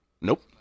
Nope